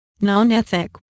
non-ethic